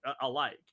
alike